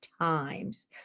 times